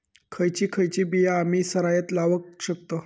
खयची खयची बिया आम्ही सरायत लावक शकतु?